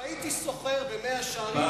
אם הייתי שוכר במאה-שערים,